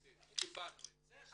קיבלנו את זה,